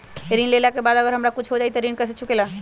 ऋण लेला के बाद अगर हमरा कुछ हो जाइ त ऋण कैसे चुकेला?